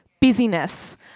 busyness